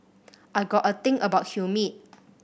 I got a thing about humid